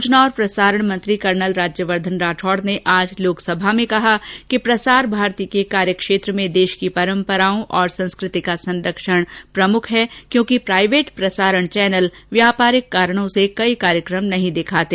सूचना और प्रसारण मंत्री कर्नल राज्यवर्धन राठौड़ ने आज लोक सभा में कहा कि प्रसार भारती के कार्यक्षेत्र में देश की परंपराओं और संस्कृति का संरक्षण प्रमुख है क्योंकि प्राइवेट प्रसारण चैनल व्यापारिक कारणों से कई कार्यक्रम नहीं दिखाते